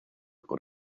por